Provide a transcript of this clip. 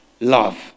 love